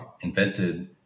invented